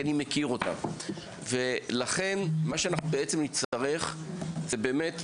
כי אני מכיר אותם ולכן מה שאנחנו בעצם נצטרך זה באמת,